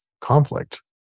conflict